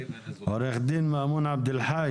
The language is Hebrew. חבר הכנסת הרב משה גפני,